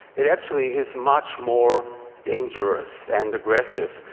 it actually is much more dangerous and aggressive.